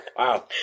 Wow